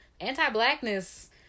anti-blackness